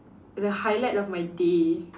the highlight of my day